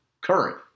current